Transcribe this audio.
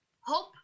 hope